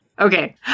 Okay